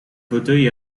fauteuil